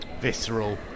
visceral